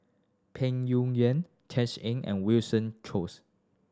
Peng Yuyun Tisa Ng and Winston Choos